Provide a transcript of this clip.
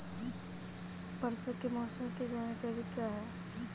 परसों के मौसम की जानकारी क्या है?